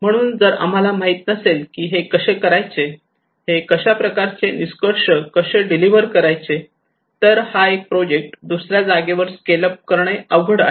म्हणून जर आम्हाला माहित नसेल की हे कसे करायचे हे अशा प्रकारचे निष्कर्ष कसे डिलिव्हर करायचे तर हा एक प्रोजेक्ट दुसऱ्या जागेवर स्केल अप करणे अवघड आहे